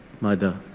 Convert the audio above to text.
mother